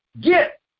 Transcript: get